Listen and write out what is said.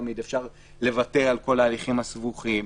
אפשר לוותר על כל ההליכים הסבוכים,